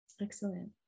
Excellent